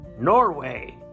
Norway